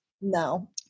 No